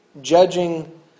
judging